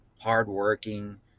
hardworking